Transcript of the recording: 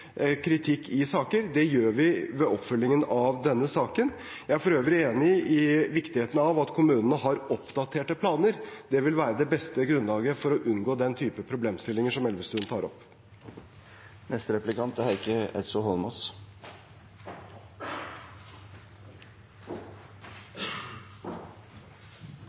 kritikk i saker. Det gjør vi ved oppfølgingen av denne saken. Jeg er for øvrig enig i viktigheten at av kommunene har oppdaterte planer. Det vil være det beste grunnlaget for å unngå den type problemstillinger som representanten Elvestuen tar opp.